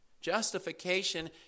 justification